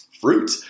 fruit